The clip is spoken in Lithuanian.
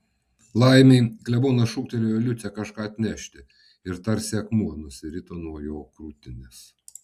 laimei klebonas šūktelėjo liucę kažką atnešti ir tarsi akmuo nusirito nuo jo krūtinės